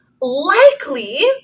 Likely